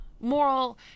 Moral